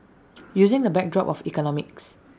using the backdrop of economics